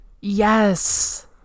Yes